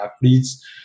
athletes